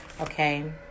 Okay